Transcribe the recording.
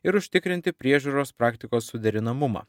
ir užtikrinti priežiūros praktikos suderinamumą